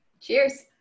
Cheers